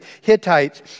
Hittites